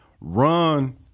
run